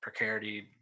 precarity